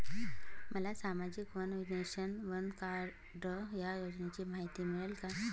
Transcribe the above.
मला सामाजिक one nation, one card या योजनेची माहिती मिळेल का?